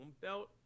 belt